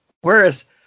Whereas